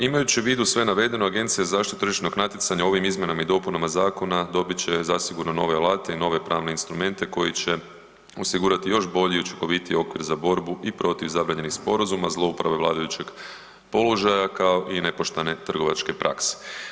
Imajući u vidu sve navedeno Agencija za zaštitu tržišnog natjecanja ovim izmjenama i dopunama zakona dobit će zasigurno nove alate i nove pravne instrumente koji će osigurati još bolji i učinkovitiji okvir za borbu i protiv zabranjenih sporazuma, zlouporabe vladajućeg položaja kao i nepoštene trgovačke prakse.